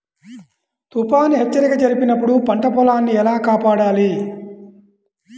తుఫాను హెచ్చరిక జరిపినప్పుడు పంట పొలాన్ని ఎలా కాపాడాలి?